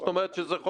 זאת אומרת,